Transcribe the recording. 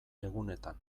egunetan